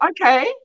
okay